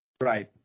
Right